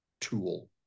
tool